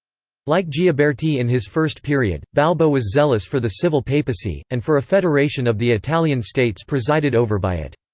like gioberti in his first period, balbo was zealous for the civil papacy, and for a federation of the italian states presided over by it.